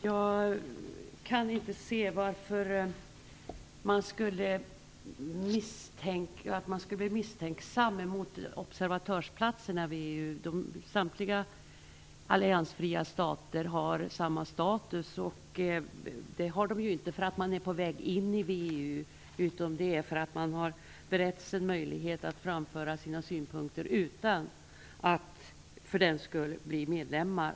Herr talman! Jag kan inte se varför man skulle bli misstänksam mot observatörsplatsen i VEU. Samtliga alliansfria stater har samma status. Det har de inte därför att de är på väg in i VEU, utan de har beretts en möjlighet att framföra sina synpunkter utan att för den skull bli medlemmar.